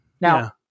now